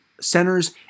centers